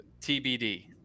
TBD